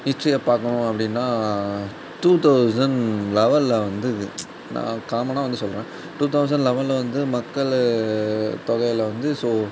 ஹிஸ்ட்ரியை பார்க்கணும் அப்படின்னா டூ தௌசண்ட் லெவலில் வந்து நான் காமனாக வந்து சொல்கிறேன் டூ தௌசண்ட் லெவலில் வந்து மக்கள் தொகையில் வந்து ஸோ